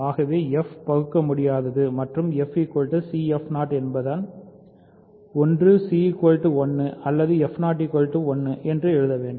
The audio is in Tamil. ஆகவே f பகுக்கமுடியாதது மற்றும் f c f0 என்பதால் ஒன்று c 1 அல்லது 1 என்று எழுத வேண்டும்